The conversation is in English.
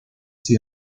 see